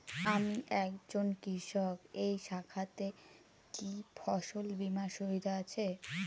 আমি একজন কৃষক এই শাখাতে কি ফসল বীমার সুবিধা আছে?